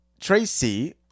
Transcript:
Tracy